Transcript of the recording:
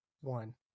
one